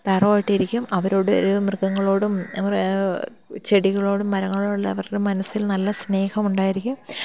തറവുമായിട്ടിരിക്കും അവരുടെ മൃഗങ്ങളോടും ചെടികളോടും മരങ്ങളോടുള്ള അവരുടെ മനസ്സിൽ നല്ല സ്നേഹമുണ്ടായിരിക്കും